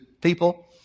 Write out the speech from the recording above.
people